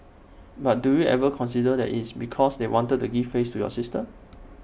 but do you ever consider that it's because they wanted to give face to your sister